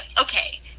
okay